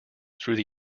through